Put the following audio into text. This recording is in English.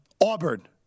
Auburn